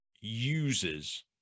uses